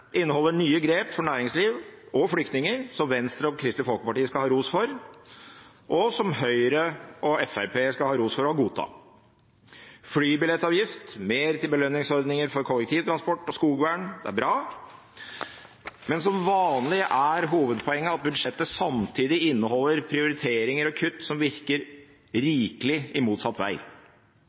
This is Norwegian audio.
inneholder nye grep for næringsliv og flyktninger, som Venstre og Kristelig Folkeparti skal ha ros for, og som Høyre og Fremskrittspartiet skal ha ros for å godta. Flybillettavgift og mer til belønningsordninger for kollektivtransport og skogvern er bra, men som vanlig er hovedpoenget at budsjettet samtidig inneholder prioriteringer og kutt som virker rikelig i motsatt vei.